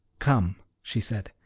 come, she said,